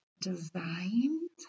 designed